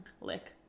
lick